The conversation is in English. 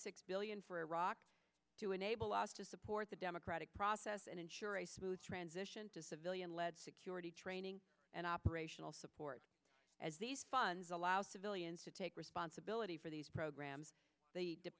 six billion for iraq to enable us to support the democratic process and ensure a smooth transition to civilian led security training and operational support as these funds allow civilians to take responsibility for these programs the